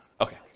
Okay